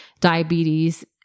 diabetes